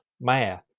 math